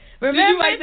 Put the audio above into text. Remember